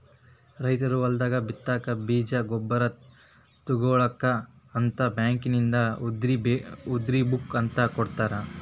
ರೈತರು ಹೊಲದಾಗ ಬಿತ್ತಾಕ ಬೇಜ ಗೊಬ್ಬರ ತುಗೋಳಾಕ ಅಂತ ಬ್ಯಾಂಕಿನಿಂದ ಉದ್ರಿ ಬುಕ್ ಅಂತ ಕೊಡತಾರ